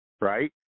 right